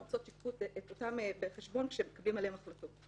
רוצות שייקחו אותן בחשבון כשמקבלים עליהן החלטות.